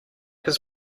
his